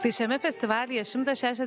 tai šiame festivalyje šimtas šešia